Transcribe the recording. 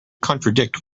contradict